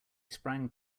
sprang